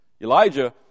Elijah